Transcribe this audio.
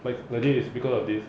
like legit is because of this